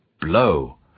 Blow